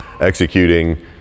executing